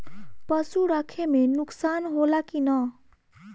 पशु रखे मे नुकसान होला कि न?